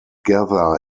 gather